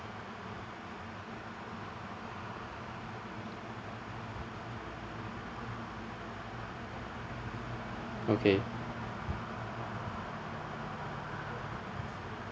okay